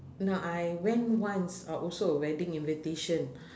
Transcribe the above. no I went once uh also wedding invitation